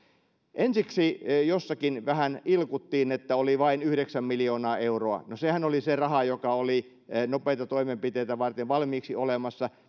ensiksi jossakin vähän ilkuttiin että oli vain yhdeksän miljoonaa euroa no sehän oli se raha joka oli nopeita toimenpiteitä varten valmiiksi olemassa